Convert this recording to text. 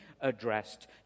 addressed